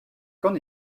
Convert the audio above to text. qu’en